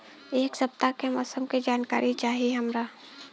एक सपताह के मौसम के जनाकरी चाही हमरा